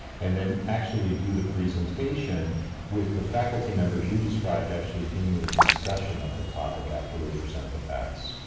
and then actually do the presentation with the faculty members you described actually doing the discussion of the topic after they present the facts.